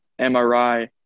MRI